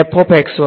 વિદ્યાર્થી fx1